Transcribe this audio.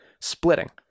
splitting